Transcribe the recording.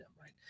right